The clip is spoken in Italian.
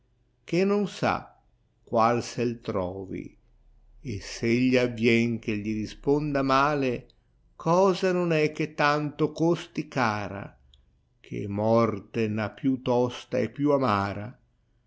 che non sa qnal sei trovi e s egli avvien che gli risponda male cosa non è che tanto costi cara che morte n ha più tosta e più amara